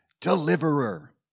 deliverer